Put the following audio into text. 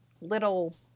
little